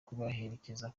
kubaherekeza